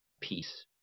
peace